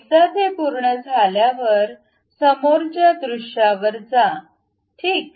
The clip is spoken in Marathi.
एकदा ते पूर्ण झाल्यावर समोरच्या दृश्यावर जा ठीक